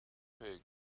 pig